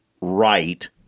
right